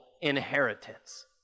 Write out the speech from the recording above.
inheritance